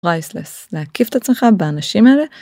פרייסלס. להקיף את עצמך באנשים האלה.